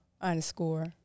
underscore